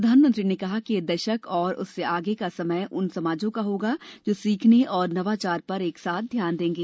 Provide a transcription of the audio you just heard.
प्रधानमंत्री ने कहा कि यह दशक और उससे आगे का समय उन समाजों का होगा जो सीखने और नवाचार पर एक साथ ध्यान देंगे